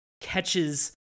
catches